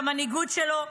המנהיגות שלו,